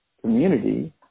community